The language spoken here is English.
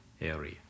area